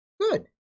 Good